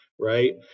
Right